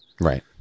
Right